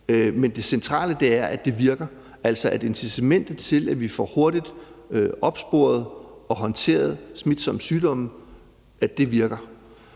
Men det centrale er, at det virker, altså at incitamentet til, at vi hurtigt får opsporet og håndteret smitsomme sygdomme, virker.